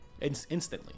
instantly